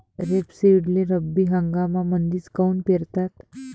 रेपसीडले रब्बी हंगामामंदीच काऊन पेरतात?